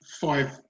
five